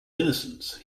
innocence